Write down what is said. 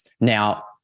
Now